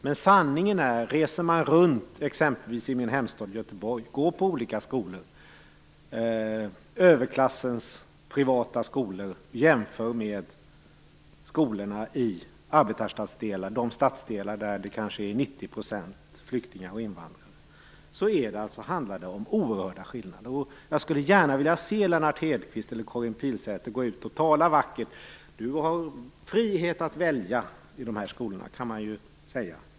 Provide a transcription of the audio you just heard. Men reser man runt och besöker olika skolor, överklassens privata skolor och jämför dem med skolorna i arbetarstadssdelar, de stadsdelar där det kanske till 90 % bor flyktingar och invandrare, ser man oerhörda skillnader. Jag skulle gärna vilja se Lennart Hedquist eller Karin Pilsäter gå ut och tala vackert om friheten att välja i de skolorna.